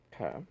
Okay